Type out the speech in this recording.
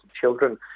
children